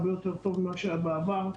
הרבה יותר טוב מאשר היה בעבר,